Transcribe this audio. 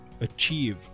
Achieve